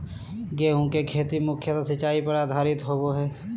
गेहूँ के खेती मुख्यत सिंचाई पर आधारित होबा हइ